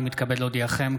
אני מתכבד להודיעכם,